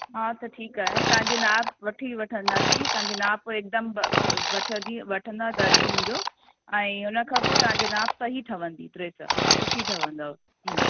हा त ठीकु आहे तव्हांजी नाप वठी वठंदासीं तव्हांजी नाप हिकदमि बि बि वठंदी वठंदव दर्जी मुंहिंजो ऐं हुन खां पोइ तव्हांजे नाप सां ई ठहंदी ड्रेस सुठी ठहंदव हम्म